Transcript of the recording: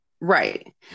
right